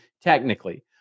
technically